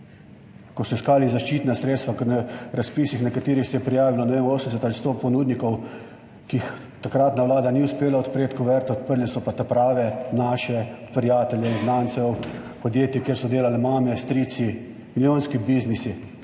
ko so iskali zaščitna sredstva, ker na razpisih, na katere se je prijavilo, ne vem, 80 ali 100 ponudnikov, ko takratna vlada ni uspela odpreti kuverte, odprli so pa ta prave, naše, prijateljev in znancev, podjetij, kjer so delale mame, strici … Milijonski biznisi.